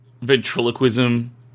Ventriloquism